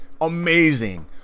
amazing